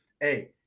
Hey